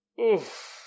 Oof